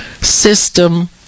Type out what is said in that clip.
system